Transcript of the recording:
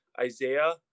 Isaiah